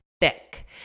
thick